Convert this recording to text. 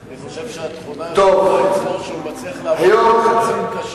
אני חושב שהתכונה שלו שהוא מצליח לעבוד בלחצים קשים,